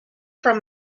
from